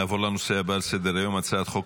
נעבור לנושא הבא על סדר-היום: הצעת חוק